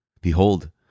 Behold